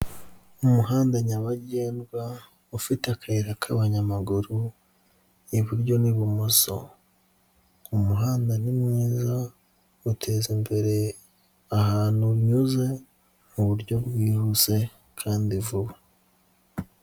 Umuhanda nyabagendwa ufite akayira k'abanyamaguru iburyo n'ibumoso, umuhanda ni mwiza utezimbere ahantu unyuze mu buryo bwihuse kandi vuba.